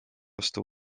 osta